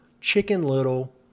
chicken-little